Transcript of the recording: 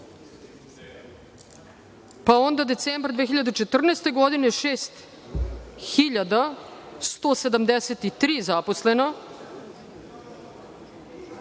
Pa onda decembar 2014. godine 6173 zaposlena,